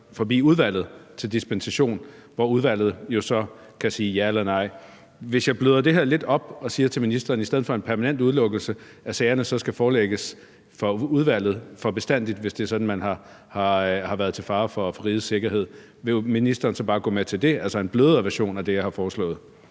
forbi udvalget til dispensation, hvor udvalget jo så kan sige ja eller nej. Hvis jeg bløder det her lidt op og siger til ministeren, at sagerne i stedet for en permanent udelukkelse så skal forelægges for udvalget for bestandig, hvis det er sådan, at man har været til fare for rigets sikkerhed. Vil ministeren så bare gå med til det, altså en blødere version af det, jeg har foreslået?